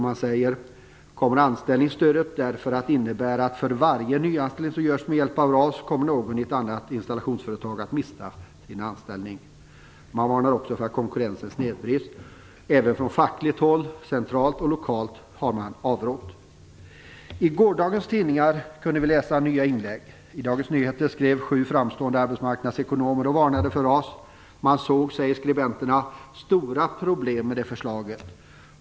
Man säger att anställningsstödet därför kommer att innebära, att för varje nyanställning som görs med hjälp av RAS kommer någon i ett annat installationsföretag att mista sin anställning. Man varnar också för att konkurrensen snedvrids. Även från fackligt håll, centralt och lokalt, har man avrått. I gårdagens tidningar kunde vi läsa nya inlägg. I Dagens Nyheter skrev sju framstående arbetsmarknadsekonomer och varnade för RAS. Skribenterna säger att de ser stora problem med detta förslag.